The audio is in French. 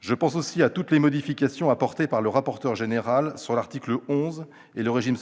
Je pense aussi à toutes les modifications apportées par le rapporteur général à l'article 11 et au RSI.